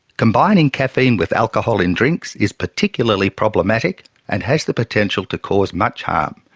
combining caffeine with alcohol in drinks is particularly problematic and has the potential to cause much harm,